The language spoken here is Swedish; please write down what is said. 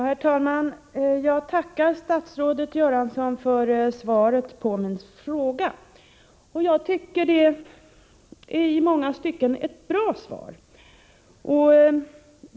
Herr talman! Jag tackar statsrådet Göransson för svaret på min fråga. Jag tycker det är ett i många stycken bra svar.